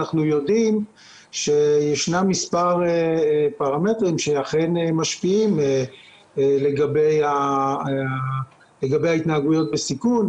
אנחנו יודעים שישנם מספר פרמטרים שאכן משפיעים לגבי ההתנהגויות בסיכון,